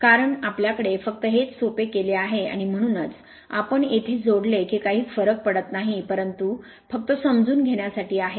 कारण आपल्याकडे फक्त हेच सोपे केले आहे आणि म्हणूनच आम्ही येथे जोडले की काही फरक पडत नाही परंतु फक्त समजून घेण्यासाठी आहे